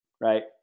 Right